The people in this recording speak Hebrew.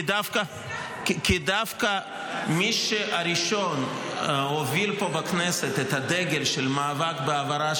כי דווקא הראשון שהוביל פה בכנסת את הדגל של המאבק בהעברה